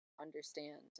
understand